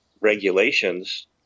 regulations